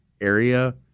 area